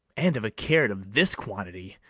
and of a carat of this quantity,